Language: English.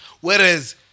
whereas